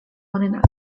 onenak